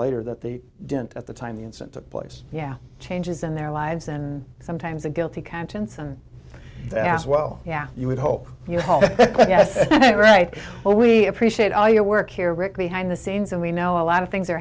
later that they didn't at the time the incident took place yeah changes in their lives and sometimes a guilty conscience and asked well yeah you would hope you're right well we appreciate all your work here rick behind the scenes and we know a lot of things are